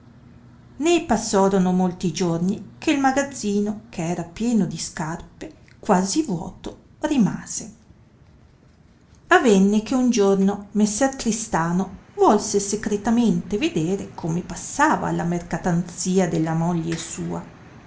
né passorono molti giorni che magazzino che era pieno di scarpe quasi vuoto rimase avenne che un giorno messer tristano volse secretamente vedere come passava la mercatanzia della moglie sua